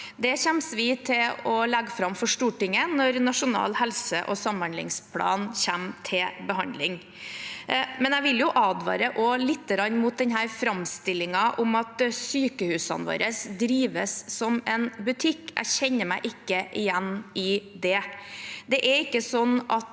Det kommer vi til å legge fram for Stortinget når nasjonal helse- og samhandlingsplan kommer til behandling. Jeg vil advare litt mot framstillingen av at sykehusene våre drives som en butikk. Jeg kjenner meg ikke igjen i det.